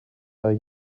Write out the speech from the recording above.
are